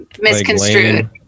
misconstrued